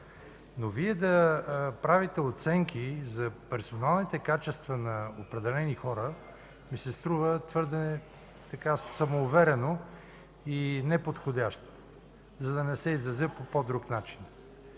но Вие да правите оценки за персоналните качества на определени хора, ми се струва твърде самоуверено и неподходящо, за да не се изразя по по друг начин.